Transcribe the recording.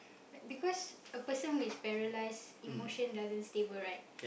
because a person who is paralysed emotion doesn't stable right